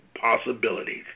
possibilities